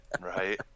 Right